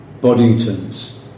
Boddington's